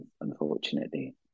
unfortunately